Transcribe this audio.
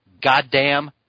goddamn